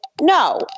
no